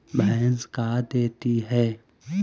भैंस का देती है?